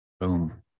Boom